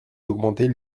d’augmenter